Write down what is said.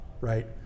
right